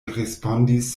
respondis